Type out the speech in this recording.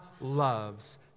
loves